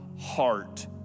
heart